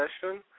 session